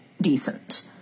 decent